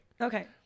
Okay